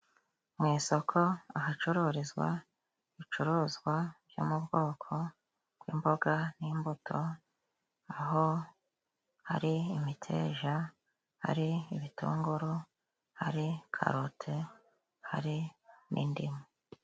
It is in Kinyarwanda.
Mu isoko ahacururizwa ibicuruzwa byo mu bwoko bw'imboga n'imbuto, aho hari imiteja, hari ibitunguru, hari karoti, hari n'indimu.